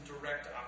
direct